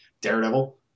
daredevil